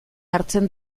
hartzen